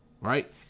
right